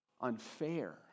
unfair